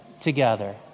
together